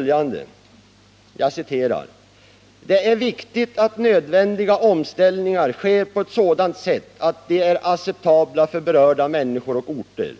bl.a. heter: ”Det är viktigt att nödvändiga omställningar sker på ett sådant sätt att de är acceptabla för berörda människor och orter.